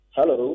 Hello